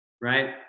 right